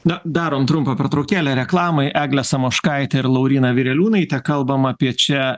na darom trumpą pertraukėlę reklamai eglė samoškaitė ir lauryna vireliūnaitė kalbame apie čia